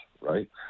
right